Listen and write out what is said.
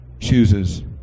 chooses